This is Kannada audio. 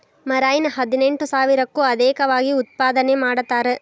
ಮರೈನ್ ಹದಿನೆಂಟು ಸಾವಿರಕ್ಕೂ ಅದೇಕವಾಗಿ ಉತ್ಪಾದನೆ ಮಾಡತಾರ